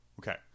Okay